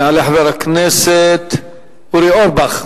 יעלה חבר הכנסת אורי אורבך,